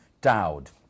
Dowd